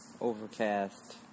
overcast